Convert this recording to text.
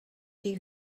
see